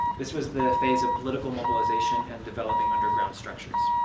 this was the phase of political mobilization and developing underground structures.